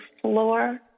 floor